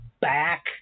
back